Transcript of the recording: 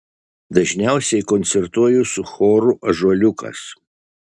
dažniausiai koncertuoju su choru ąžuoliukas